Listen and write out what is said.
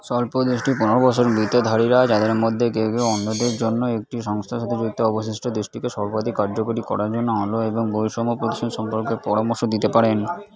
স্বল্প দৃষ্টির পুনর্বাসন বৃত্তিধারীরা যাদের মধ্যে কেউ কেউ অন্ধদের জন্য একটি সংস্থার সাথে যুক্ত অবশিষ্ট দৃষ্টিকে সর্বাধিক কার্যকরী করার জন্য আলো এবং বৈষম্য প্রদর্শন সম্পর্কে পরামর্শ দিতে পারেন